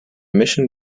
mission